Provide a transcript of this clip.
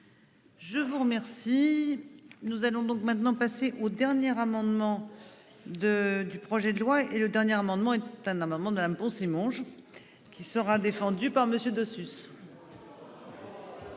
Je vous remercie. Nous allons donc maintenant passer aux dernières amendement de du projet de loi et le dernier amendement est un amendement de Madame Poncet Monge. Qui sera défendue par Monsieur